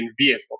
vehicle